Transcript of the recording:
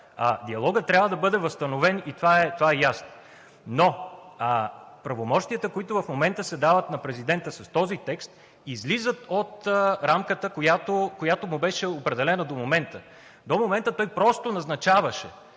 Диалогът трябва да бъде възстановен и това е ясно. Но правомощията, които в момента се дават на президента с този текст, излизат от рамката, която му беше определена до момента. До момента той просто назначаваше,